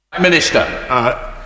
Minister